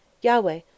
Yahweh